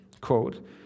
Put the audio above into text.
quote